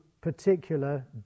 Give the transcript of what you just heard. particular